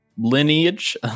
lineage